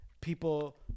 people